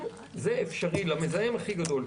אם זה אפשרי למזהם הכי גדול,